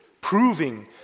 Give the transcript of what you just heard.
proving